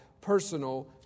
personal